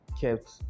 kept